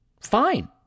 fine